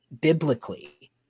biblically